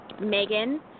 Megan